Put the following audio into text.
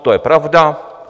To je pravda.